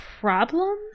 problem